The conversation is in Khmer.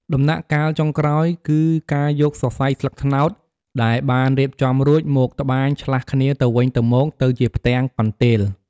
ដំណាក់កាលចុងក្រោយ គឺការយកសរសៃស្លឹកត្នោតដែលបានរៀបចំរួច មក ត្បាញឆ្លាស់គ្នាទៅវិញទៅមក ទៅជាផ្ទាំងកន្ទេល។